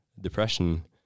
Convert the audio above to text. depression